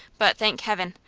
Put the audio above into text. but, thank heaven!